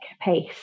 pace